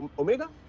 omega?